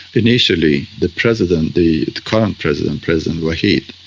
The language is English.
initially the president, the current president, president waheed,